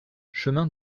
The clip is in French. chemin